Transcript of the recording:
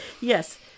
yes